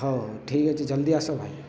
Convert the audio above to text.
ହଉ ହଉ ଠିକ୍ ଅଛି ଜଲ୍ଦି ଆସ ଭାଇ